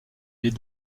les